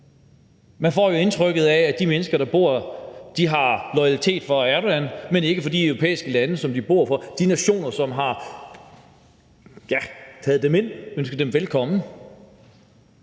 man får jo indtrykket af, at de mennesker, der bor der, er loyale over for Erdogan, men ikke over for de europæiske lande, som de bor i, de nationer, som har taget dem ind og ønsket dem velkommen.